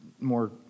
more